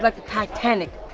like titanic,